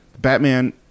Batman